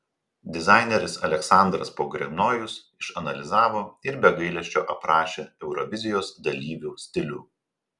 dizaineris aleksandras pogrebnojus išanalizavo ir be gailesčio aprašė eurovizijos dalyvių stilių